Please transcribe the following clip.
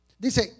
dice